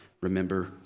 remember